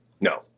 No